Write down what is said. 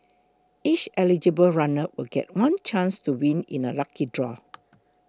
each eligible runner will get one chance to win in a lucky draw